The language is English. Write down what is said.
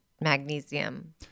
magnesium